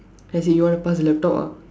then he said you want to pass the laptop ah